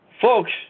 Folks